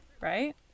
right